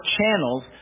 channels